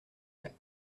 gars